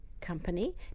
company